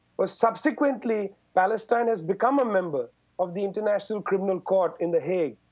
but subsequently, palestine has become a member of the international criminal court in the hague.